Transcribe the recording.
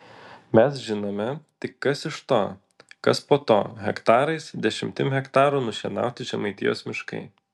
mes žinome tik kas iš to kas po to hektarais dešimtim hektarų nušienauti žemaitijos miškai